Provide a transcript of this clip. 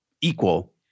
equal